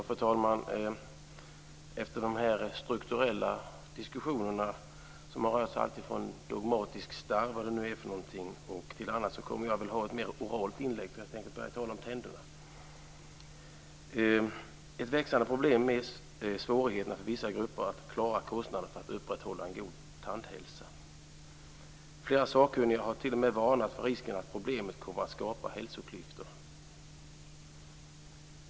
Fru talman! Efter dessa strukturella diskussioner som har rört sig från dogmatisk starr till annat kommer jag att ha ett mer oralt inlägg. Jag tänkte tala om tänderna. Ett växande problem är svårigheter för vissa grupper att klara kostnaderna för att upprätthålla en god tandhälsa. Flera sakkunniga har t.o.m. varnat för risken att problemet kommer att skapa hälsoklyftor.